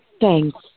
thanks